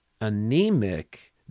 anemic